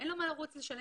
אין לו מה לרוץ לשלם,